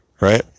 right